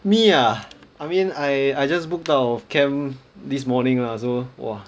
me ah I mean I I just booked out of camp this morning lah so !wah!